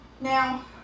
Now